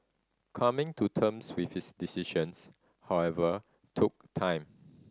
coming to terms with his decisions however took time